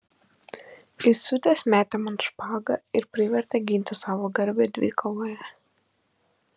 įsiutęs metė man špagą ir privertė ginti savo garbę dvikovoje